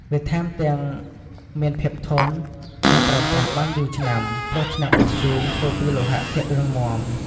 វាថែមទាំង មានភាពធន់ និងប្រើប្រាស់បានយូរឆ្នាំ ព្រោះឆ្នាំងអ៊ុតធ្យូងធ្វើពីលោហៈធាតុរឹងមាំ។